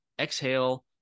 exhale